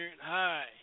Hi